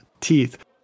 teeth